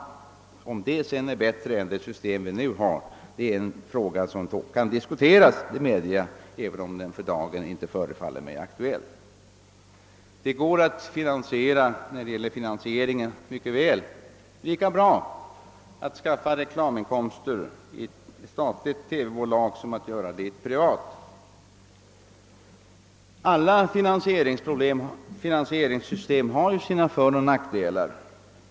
Om det sedan är bättre än det system vi nu har är en fråga som kan diskuteras, även om den för dagen inte förefaller mig aktuell. Det går lika bra att finansiera ett statligt TV-bolag som ett privat med reklaminkomster. Alla finansieringssystem har ju sina föroch nackdelar.